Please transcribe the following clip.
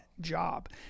job